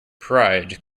pride